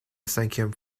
cinquième